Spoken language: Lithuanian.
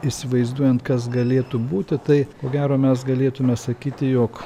įsivaizduojant kas galėtų būti tai ko gero mes galėtume sakyti jog